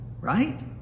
right